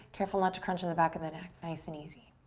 careful not to crunch in the back of the neck, nice and easy.